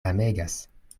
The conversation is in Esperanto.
amegas